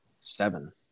seven